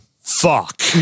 fuck